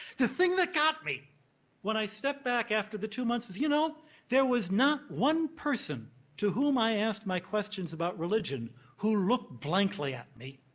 the thing that got me when i stepped back after the two months of, you know there was not one person to whom i asked my questions about religion who looked blankly at me.